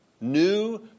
new